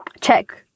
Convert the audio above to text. check